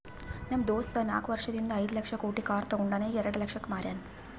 ನಮ್ ದೋಸ್ತ ನಾಕ್ ವರ್ಷದ ಹಿಂದ್ ಐಯ್ದ ಲಕ್ಷ ಕೊಟ್ಟಿ ಕಾರ್ ತೊಂಡಾನ ಈಗ ಎರೆಡ ಲಕ್ಷಕ್ ಮಾರ್ಯಾನ್